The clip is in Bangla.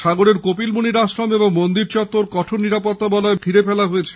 সাগরের কপিলমুনির আশ্রম ও মন্দির চত্বর কঠোর নিরাপত্তা বলয়ে ঘিরে ফেলা হয়েছে